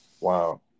Wow